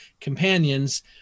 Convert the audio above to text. companions